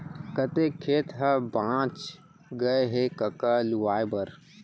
कतेक खेत ह बॉंच गय हे कका लुवाए बर?